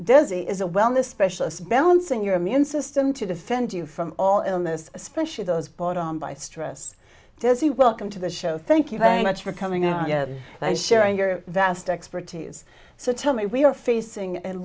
he is a wellness specialist balancing your immune system to defend you from all illness especially those bought on by stress does he welcome to the show thank you very much for coming out sharing your vast expertise so tell me we are facing a